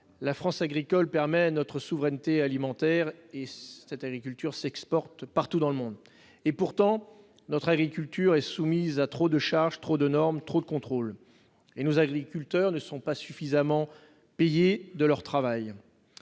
la France agricole permet notre souveraineté alimentaire. En outre, notre agriculture s'exporte partout dans le monde. Pourtant, elle est soumise à trop de charges, trop de normes, trop de contrôles. Bien plus, nos agriculteurs ne sont pas suffisamment payés de leur travail.